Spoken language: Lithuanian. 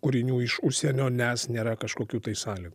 kūrinių iš užsienio nes nėra kažkokių tai sąlygų